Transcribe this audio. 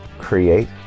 create